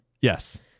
Yes